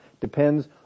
depends